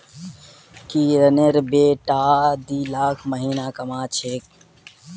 किरनेर बेटा दी लाख महीना कमा छेक